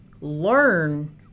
learn